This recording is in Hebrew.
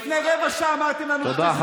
לפני רבע שעה אמרתם לנו, זה ראש המפלגה שלך.